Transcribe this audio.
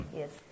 yes